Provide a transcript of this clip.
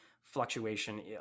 fluctuation